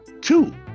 two